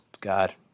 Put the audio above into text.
god